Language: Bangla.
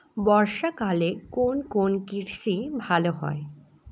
বর্ষা কালে কোন কোন কৃষি ভালো হয়?